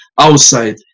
outside